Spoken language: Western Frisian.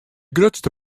grutste